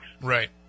Right